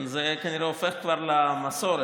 זה כנראה הופך למסורת.